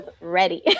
ready